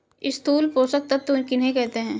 स्थूल पोषक तत्व किन्हें कहते हैं?